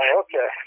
okay